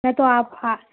میں تو آپ ہاں